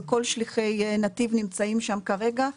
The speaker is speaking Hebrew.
וכל שליחי נתיב נמצאים שם כרגע,